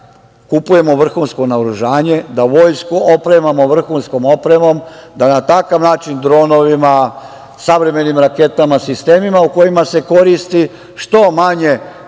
kupujemo vrhunsko naoružanje, da vojsku opremamo vrhunskom opremom, da na takav način, dronovima, savremenim raketama, sistemima u kojima se koristi što manje